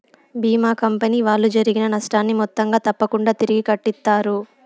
భీమా company వాళ్ళు జరిగిన నష్టాన్ని మొత్తంగా తప్పకుంగా తిరిగి కట్టిత్తారు